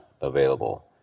available